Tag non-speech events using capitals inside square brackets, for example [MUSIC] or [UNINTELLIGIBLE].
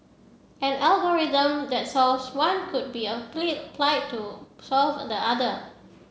an algorithm that solves one could be [UNINTELLIGIBLE] applied to solve the other